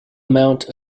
amount